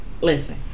listen